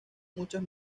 muchas